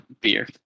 Beer